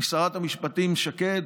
משרת המשפטים שקד,